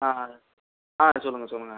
ஆ ஆ சொல்லுங்கள் சொல்லுங்கள்